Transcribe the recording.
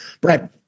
Brad